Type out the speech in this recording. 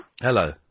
Hello